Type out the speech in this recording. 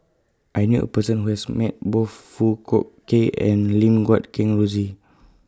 I knew A Person Who has Met Both Foong Fook Kay and Lim Guat Kheng Rosie